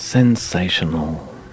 Sensational